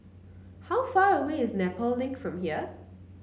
how far away is Nepal Link from here